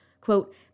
Quote